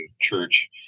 church